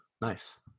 Nice